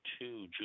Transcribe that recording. two